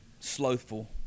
slothful